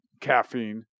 caffeine